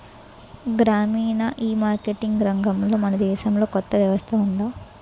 గ్రామీణ ఈమార్కెటింగ్ రంగంలో మన దేశంలో కొత్త వ్యవస్థ ఉందా?